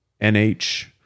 nh